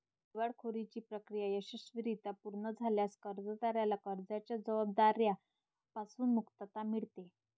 दिवाळखोरीची प्रक्रिया यशस्वीरित्या पूर्ण झाल्यास कर्जदाराला कर्जाच्या जबाबदार्या पासून मुक्तता मिळते